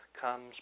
comes